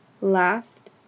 last